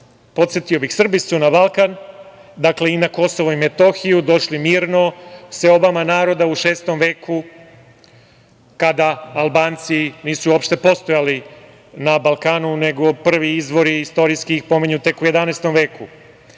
bih, Srbi su na Balkan, dakle, i na Kosovo i Metohiju došli mirno, seobama naroda u šestom veku, kada Albanci nisu uopšte postojali na Balkanu, nego prvi istorijski izvori ih pominju tek u 11. veku.